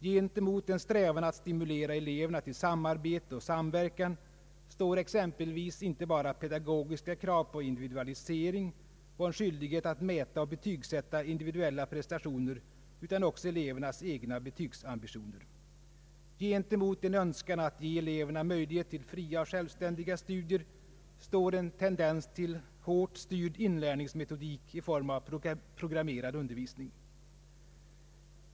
Gentemot en strävan att stimulera eleverna till samarbete och samverkan står exempelvis inte bara pedagogiska krav på individualisering och på en skyldighet att mäta och betygsätta individuella prestationer utan också elevernas egna betygsambitioner. Gentemot en önskan att ge eleverna möjlighet till fria och självständiga studier står en tendens till hårt styrd inlärningsmetodik i form av programmerad undervisning.